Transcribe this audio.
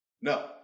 No